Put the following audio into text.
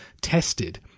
tested